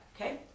okay